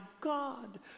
God